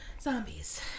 Zombies